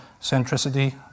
centricity